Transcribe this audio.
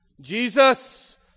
Jesus